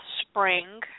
spring